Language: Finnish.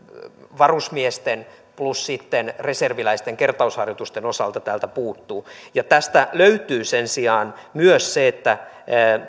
varusmiesten plus reserviläisten kertausharjoitusten osalta täältä puuttuvat tästä löytyy sen sijaan myös se että